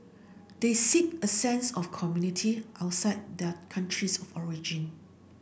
they seek a sense of community outside their countries of origin